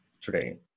today